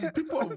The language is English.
people